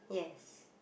yes